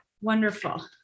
wonderful